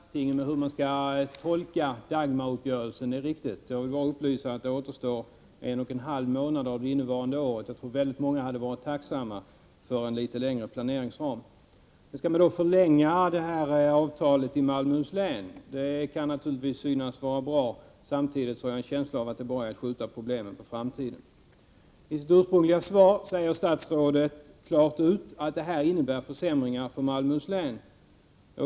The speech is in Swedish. Herr talman! Nej, i landstingen är man inte helt på det klara med hur Dagmaruppgörelsen skall tolkas — det är riktigt. Jag vill upplysa om att det återstår endast en och en halv-månad av innevarande år, och jag tror att många hade varit tacksamma för en litet längre planeringsram. Man skall tydligen förlänga avtalet i Malmöhus läns landsting. Det kan naturligtvis synas vara bra. Men samtidigt har jag en känsla av att det bara innebär att man skjuter problemen på framtiden. I sitt ursprungliga svar säger statsrådet klart ut att detta innebär försäm ringar för Malmöhus läns landsting.